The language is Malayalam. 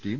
ടിയും